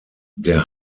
der